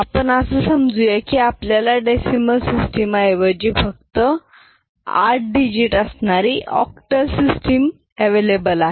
आपण असा समजुया की आपल्याला डेसीमल सिस्टम ऐवजी फक्त 8 डिजिट असणारी आॅक्टल सिस्टम उपलब्ध आहे